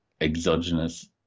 exogenous